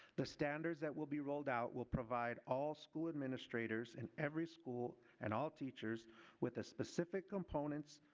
the standard that will be rolled out will provide all school administrators in every school and all teachers with a specific components,